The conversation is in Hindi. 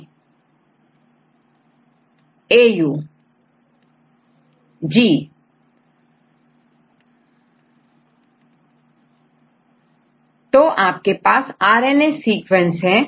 स्टूडेंटACU तो आपके पास RNA सीक्वेंस है